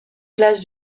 place